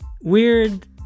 Weird